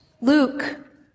Luke